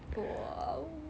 !wow!